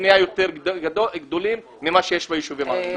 בניה גדולות יותר ממה שיש ביישובים הערביים.